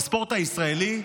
לספורט הישראלי,